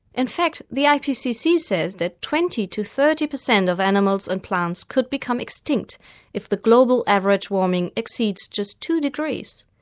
in fact the ah ipcc says that twenty percent to thirty percent of animals and plants could become extinct if the global average warming exceeds just two degrees.